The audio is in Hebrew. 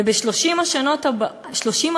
וב-30 השנים הבאות,